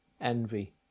envy